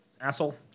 Asshole